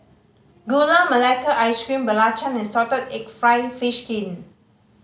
Gula Melaka Ice Cream belacan and salted egg fried fish skin